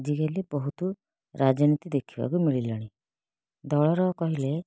ଆଜିକାଲି ବହୁତ ରାଜନୀତି ଦେଖିବାକୁ ମିଳିଲାଣି ଦଳର କହିଲେ